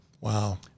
Wow